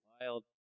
wild